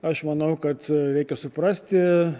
aš manau kad reikia suprasti